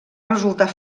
resultar